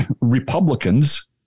Republicans